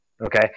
okay